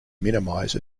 minimize